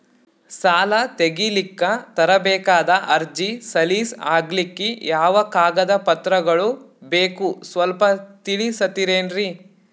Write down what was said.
ಸಾಲ ತೆಗಿಲಿಕ್ಕ ತರಬೇಕಾದ ಅರ್ಜಿ ಸಲೀಸ್ ಆಗ್ಲಿಕ್ಕಿ ಯಾವ ಕಾಗದ ಪತ್ರಗಳು ಬೇಕು ಸ್ವಲ್ಪ ತಿಳಿಸತಿರೆನ್ರಿ?